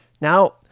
Now